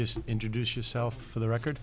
just introduce yourself for the record